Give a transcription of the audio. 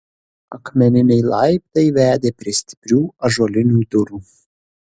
akmeniniai laiptai vedė prie stiprių ąžuolinių durų